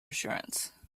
assurance